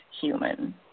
human